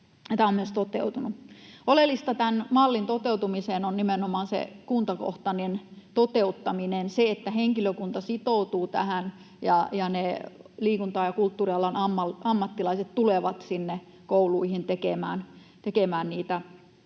Tämä on myös toteutunut. Oleellista tämän mallin toteutumiseen on nimenomaan se kuntakohtainen toteuttaminen, se, että henkilökunta sitoutuu tähän ja ne liikunta- ja kulttuurialan ammattilaiset tulevat kouluihin tekemään niitä